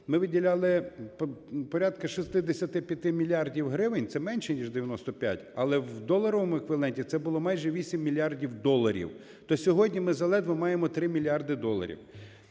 ми виділяли порядка 65 мільярдів гривень – це менше, ніж 95, але в доларовому еквіваленті це було майже 8 мільярдів доларів, то сьогодні ми заледве маємо 3 мільярди доларів.